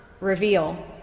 reveal